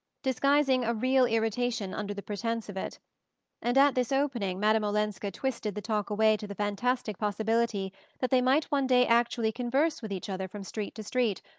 disguising a real irritation under the pretence of it and at this opening madame olenska twisted the talk away to the fantastic possibility that they might one day actually converse with each other from street to street,